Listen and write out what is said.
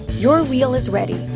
your wheel is ready,